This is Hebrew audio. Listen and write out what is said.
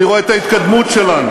אני רואה את ההתקדמות שלנו.